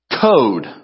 code